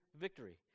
victory